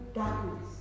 darkness